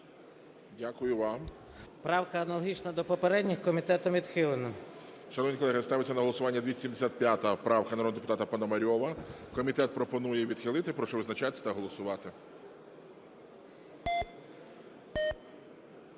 М.Т. Правка аналогічна до попередніх. Комітетом відхилена. ГОЛОВУЮЧИЙ. Ставиться на голосування правка 276 народного депутата Пономарьова. Комітет пропонує відхилити. Прошу визначатися та голосувати.